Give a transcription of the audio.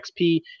xp